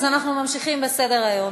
אז אנחנו ממשיכים בסדר-היום.